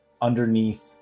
underneath